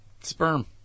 sperm